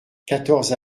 quatorze